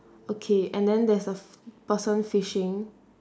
okay and then there's a person fishing